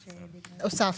הוספתי.